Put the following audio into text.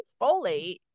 folate